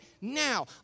now